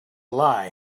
lie